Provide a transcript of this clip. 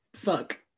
Fuck